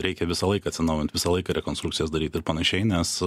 reikia visą laiką atsinaujint visą laiką rekonstrukcijas daryt ir panašiai nes